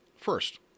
First